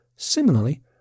Similarly